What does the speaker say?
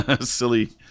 Silly